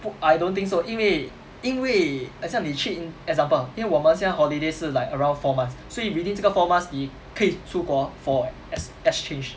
不 I don't think so 因为因为很像你去 example 因为我们现在 holiday 是 like around four months 所以 between 这个 four months 你可以出国 for ex~ exchange